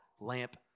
lamp